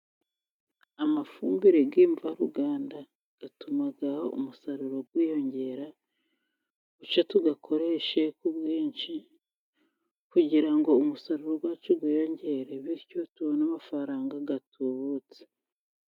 Amafumbire yi'mvaruganda atuma umusaruro wiyongera, tuyakoreshe ku bwinshi, kugira ngo umusaruro wacu wiyongere bityo tubone amafaranga atubutse.